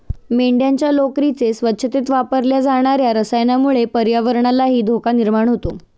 मेंढ्यांच्या लोकरीच्या स्वच्छतेत वापरल्या जाणार्या रसायनामुळे पर्यावरणालाही धोका निर्माण होतो